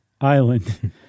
Island